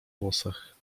włosach